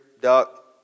duck